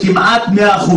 כמעט 100%,